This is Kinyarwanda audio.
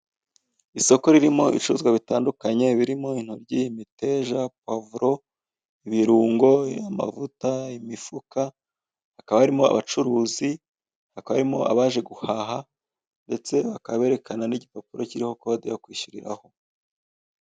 Isoko ririmo ibicuruzwa bitandukanye birimo intoryi, imiteja, pavuro, ibirungo, amavuta, imifuka. Hakaba harimo abacuruzi, hakaba harimo abaje guhaha ndetse bakaba berekana n'igipapuro kiriho kode yo kwishyuriraho.